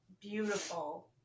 beautiful